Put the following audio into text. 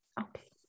Okay